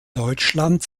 deutschland